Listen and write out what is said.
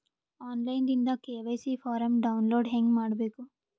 On line ದಿಂದ KYC form download ಹೇಂಗ ಮಾಡಬೇಕು?